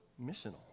missional